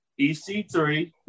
EC3